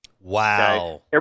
Wow